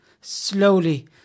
slowly